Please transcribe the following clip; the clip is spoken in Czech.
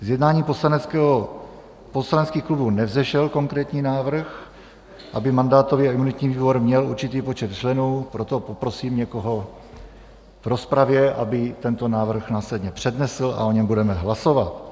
Z jednání poslaneckých klubů nevzešel konkrétní návrh, aby mandátový a imunitní výbor měl určitý počet členů, proto poprosím někoho v rozpravě, aby tento návrh následně přednesl, a budeme o něm hlasovat.